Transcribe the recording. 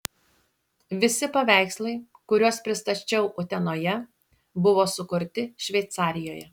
visi paveikslai kuriuos pristačiau utenoje buvo sukurti šveicarijoje